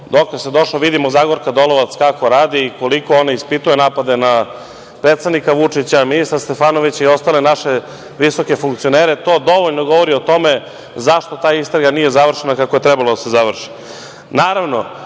Dokle se došlo? Vidimo kako radi Zagorka Dolovac, koliko ona ispituje napade na predsednika Vučića, na ministra Stefanovića i ostale naše visoke funkcionere i to dovoljno govori o tome zašto ta istraga nije završena kako je trebala da se završi. Naravno